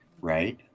right